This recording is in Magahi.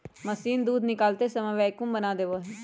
मशीन दूध निकालते समय वैक्यूम बना देवा हई